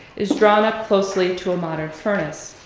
is drawn up closely to a modern furnace,